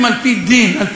סליחה,